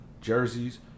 jerseys